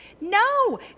No